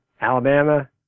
Alabama